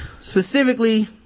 specifically